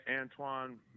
Antoine